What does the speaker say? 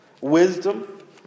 wisdom